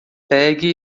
pegue